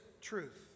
truth